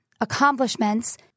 accomplishments